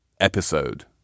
Episode